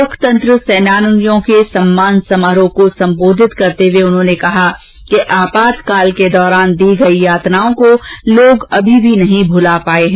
लोकतंत्र सेनानियों के सम्मान समारोह को सम्बोधित करते हुए उन्होंने कहा कि आपातकाल के दौरान दी गई यातनाओं को लोग अभी भी नहीं भुला पाए हैं